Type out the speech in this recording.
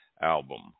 album